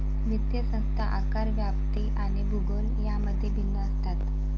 वित्तीय संस्था आकार, व्याप्ती आणि भूगोल यांमध्ये भिन्न असतात